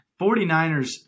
49ers